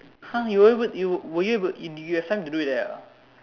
!huh! you were able you were you able you have time to do that ah